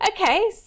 Okay